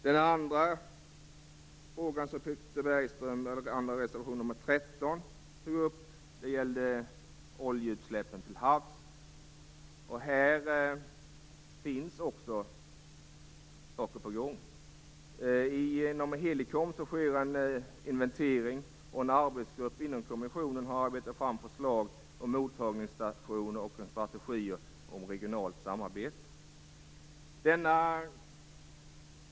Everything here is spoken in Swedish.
Bernström tog upp, nr 13, gällde oljeutsläppen till havs. Här finns också saker på gång. Genom Helecon sker en inventering, och en arbetsgrupp inom kommissionen har arbetat fram förslag om mottagningsstationer och en strategi för regionalt samarbete.